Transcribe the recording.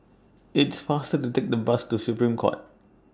It's faster to Take The Bus to Supreme Court